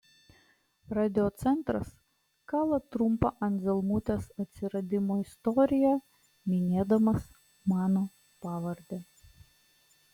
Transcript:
radiocentras kala trumpą anzelmutės atsiradimo istoriją minėdamas mano pavardę